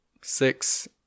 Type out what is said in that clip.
six